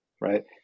right